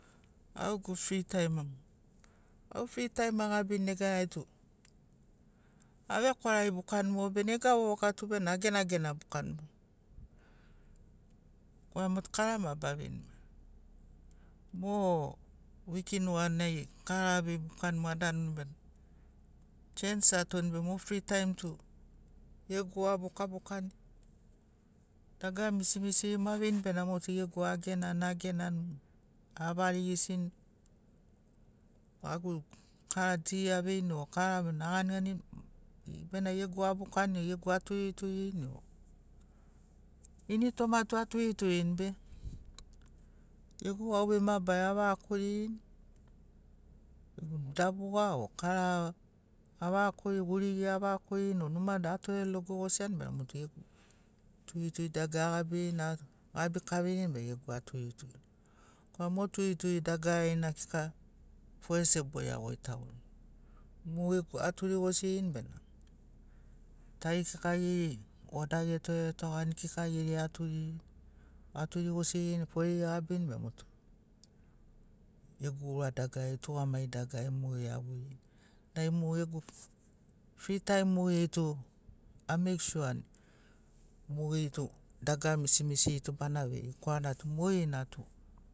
Au gegu fri taim, au fri taim agabini neganai tu avekwaragi bukani mogo be nega vovoka tu bena agena gena bukani mogo. Korana motu kara ma baveiani maia. Mo wiki nuganai kara avei bukani mo adanuni bena chans atoni be mo fri taim tu gegu a bukabukani, dagara misi misiri mo aveini bena motu gegu agenani agenani, avarigisini gagu kara ti aveini o kara mo aganiganini bena gegu abukani o gegu aturi turini o. Ini toma tu aturi turini be gegu gauvei mabarari avaga koririni, dabuga o kara avaga kori gurigi avaga koririni o numa atore logo gosiani bena motu gegu turi turi dagarari agabirini agabi kavirini bena gegu aturi turini. Korana mo turi turi dagararina kika fore sebori agoitagoni. Mo gegu aturi gosirini bena tari kika geri oda getore togani kika geri aturirini. Aturi gosirini foreri agabini bena motu gegu ura dagarari tugamagini dagarari mogeri avoirini. Nai mo gegu fri taim mogeri tu a meik sur ani mogeri tu dagara misi misiri tu bana veiri korana tu mogeri na tu